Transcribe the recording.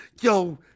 Yo